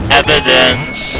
evidence